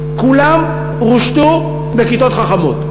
כולן רושתו בכיתות חכמות,